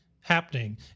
happening